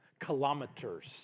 Kilometers